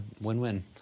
win-win